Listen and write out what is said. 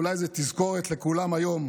אולי זו תזכורת לכולם היום: